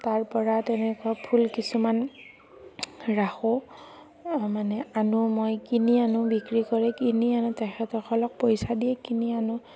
তাৰপৰা তেনেকুৱা ফুল কিছুমান ৰাখোঁ মানে আনোঁ মই কিনি আনোঁ বিক্ৰী কৰে কিনি আনোঁ তেখেতসকলক পইচা দিয়ে কিনি আনোঁ